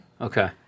Okay